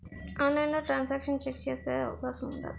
ఆన్లైన్లో transaction check చేసే అవకాశం ఉందా?